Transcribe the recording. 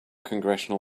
congressional